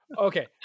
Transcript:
Okay